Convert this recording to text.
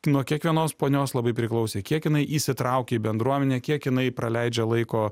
nuo kiekvienos ponios labai priklausė kiek jinai įsitraukė į bendruomenę kiek jinai praleidžia laiko